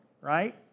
right